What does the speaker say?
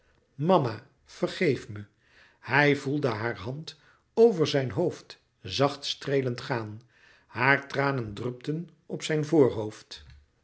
mama vergeef me hij voelde haar hand over zijn hoofd zacht streelend gaan haar tranen drupten op zijn voorhoofd